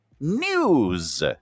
news